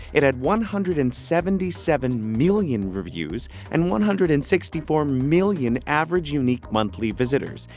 it had one hundred and seventy seven million reviews and one hundred and sixty four million average unique monthly visitors,